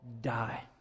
die